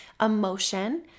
emotion